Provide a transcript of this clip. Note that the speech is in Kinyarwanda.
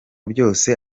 byose